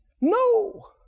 No